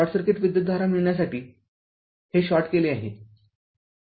short circuit विद्युतधारा मिळण्यासाठी हे शॉर्ट केले आहे